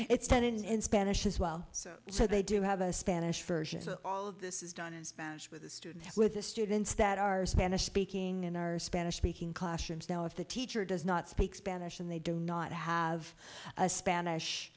it's ten in spanish as well so they do have a spanish version of this is done in spanish with the student with the students that are spanish speaking and are spanish speaking classrooms now if the teacher does not speak spanish and they do not have a spanish